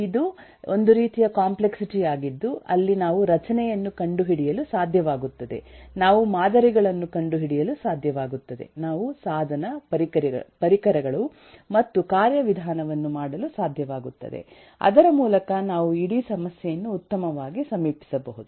ಇದು ಒಂದು ರೀತಿಯ ಕಾಂಪ್ಲೆಕ್ಸಿಟಿ ಯಾಗಿದ್ದು ಅಲ್ಲಿ ನಾವು ರಚನೆಯನ್ನು ಕಂಡುಹಿಡಿಯಲು ಸಾಧ್ಯವಾಗುತ್ತದೆ ನಾವು ಮಾದರಿಗಳನ್ನು ಕಂಡುಹಿಡಿಯಲು ಸಾಧ್ಯವಾಗುತ್ತದೆ ನಾವು ಸಾಧನ ಪರಿಕರಗಳು ಮತ್ತು ಕಾರ್ಯವಿಧಾನಗಳನ್ನು ಮಾಡಲು ಸಾಧ್ಯವಾಗುತ್ತದೆ ಅದರ ಮೂಲಕ ನಾವು ಇಡೀ ಸಮಸ್ಯೆಯನ್ನು ಉತ್ತಮವಾಗಿ ಸಮೀಪಿಸಬಹುದು